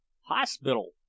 Hospital